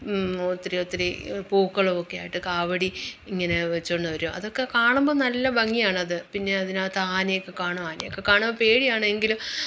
ഒത്തിരി ഒത്തിരി പൂക്കളും ഒക്കെയായിട്ട് കാവടി ഇങ്ങനെ വെച്ചു കൊണ്ടു വരുമാ അതൊക്കെ കാണുമ്പോൾ നല്ല ഭംഗിയാണത് പിന്നെ അതിനകത്ത് ആനയൊക്കെ കാണും ആനയൊക്കെ കാണുമ്പോൾ പേടിയാണ് എങ്കിലും